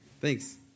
Thanks